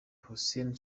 hussein